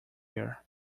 here